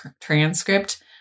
transcript